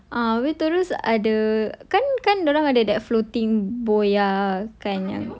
ah habis terus ada kan kan dia orang ada that floating buoy ya kan yang